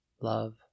love